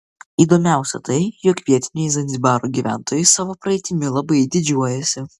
įdomiausia tai jog vietiniai zanzibaro gyventojai savo praeitimi labai didžiuojasi